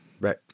Right